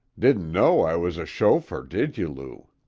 didn't know i was a chauffeur, did you, lou?